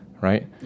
right